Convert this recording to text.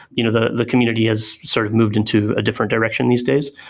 you know the the community has sort of moved into a different direction these days.